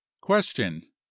Question